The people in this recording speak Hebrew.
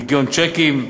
ניכיון צ'קים,